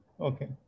Okay